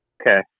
Okay